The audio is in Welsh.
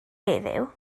heddiw